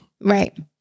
Right